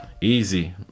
Easy